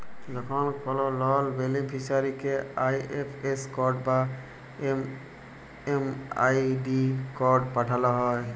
যখন কল লন বেনিফিসিরইকে আই.এফ.এস কড বা এম.এম.আই.ডি কড পাঠাল হ্যয়